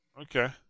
Okay